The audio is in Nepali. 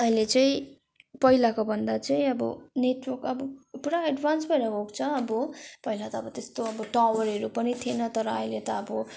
अहिले चाहिँ पहिलाको भन्दा चाहिँ अब नेटवर्क अब पुरा एड्भान्स भएर गएको छ अब पहिला त त्यस्तो अब टावरहरू पनि थिएन तर अहिले त अब